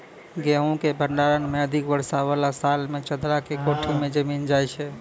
गेहूँ के भंडारण मे अधिक वर्षा वाला साल मे चदरा के कोठी मे जमीन जाय छैय?